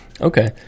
Okay